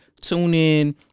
TuneIn